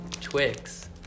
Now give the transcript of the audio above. Twix